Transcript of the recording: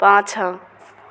पाछाँ